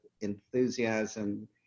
enthusiasm